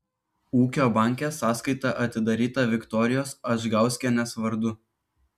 ūkio banke sąskaita atidaryta viktorijos adžgauskienės vardu